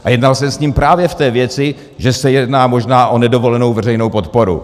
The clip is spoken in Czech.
A jednal jsem s ním právě v té věci, že se jedná možná o nedovolenou veřejnou podporu.